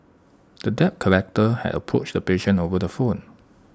the debt collector had approached the patient over the phone